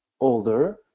older